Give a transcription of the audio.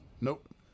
Nope